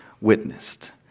witnessed